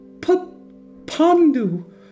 Pandu